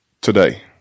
Today